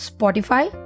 Spotify